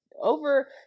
over